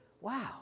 wow